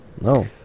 no